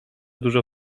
dużo